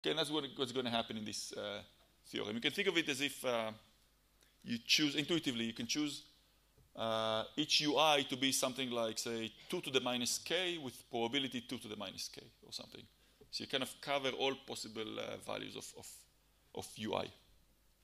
וזה מה שיהיה בתיאוריה הזאת. אפשר לחשב על זה כמו שאתה יכול לבחור, אתה יכול לבחור את כל UI להיות משהו כאלה, בואו נקרא, 2-k עם סיכויות 2-k או משהו כזה. אז אתה יכול לקבל כל מוצאים יכולים של UI.